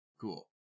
Cool